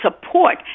support